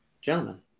gentlemen